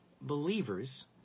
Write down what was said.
believers